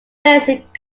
basic